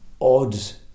odds